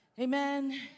Amen